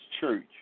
church